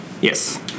Yes